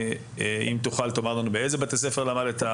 אם תוכל לומר לנו באיזה בתי ספר למדת,